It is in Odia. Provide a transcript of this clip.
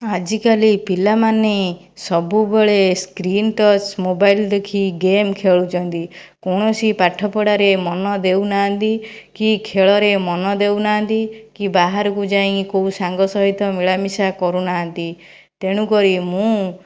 ଆଜିକାଲି ପିଲାମାନେ ସବୁବେଳେ ସ୍କ୍ରିନ୍ ଟଚ୍ ମୋବାଇଲ ଦେଖି ଗେମ୍ ଖେଳୁଛନ୍ତି କୌଣସି ପାଠପଢ଼ାରେ ମନ ଦେଉନାହାଁନ୍ତି କି ଖେଳରେ ମନ ଦେଉନାହାଁନ୍ତି କି ବାହାରକୁ ଯାଇ କେଉଁ ସାଙ୍ଗ ସହିତ ମିଳାମିଶା କରୁନାହାଁନ୍ତି ତେଣୁ କରି ମୁଁ